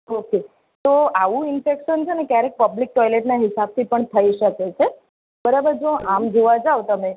okay તો આવું infection છે ને ક્યારેક પબ્લિક ટોયલેટના હિસાબે પણ થઈ શકે છે બરાબર જો આમ જોવા જાવ તમે